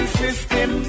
system